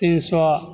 तीन सए